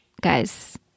guys